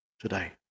today